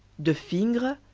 de fingres,